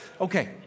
Okay